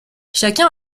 chacun